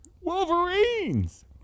Wolverines